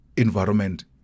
environment